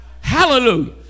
Hallelujah